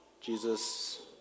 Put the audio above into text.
Jesus